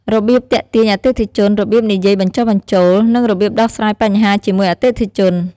របៀបទាក់ទាញអតិថិជន របៀបនិយាយបញ្ចុះបញ្ចូល និងរបៀបដោះស្រាយបញ្ហាជាមួយអតិថិជន។